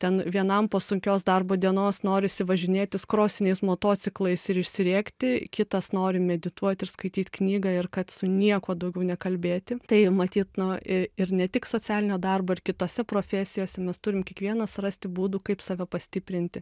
ten vienam po sunkios darbo dienos norisi važinėtis krosiniais motociklais ir išsirėkti kitas nori medituot ir skaityt knygą ir kad su niekuo daugiau nekalbėti tai matyt nu ir ne tik socialinio darbo ir kitose profesijose mes turim kiekvienas rasti būdų kaip save pastiprinti